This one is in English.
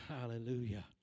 Hallelujah